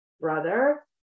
brother